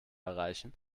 erreichen